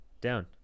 down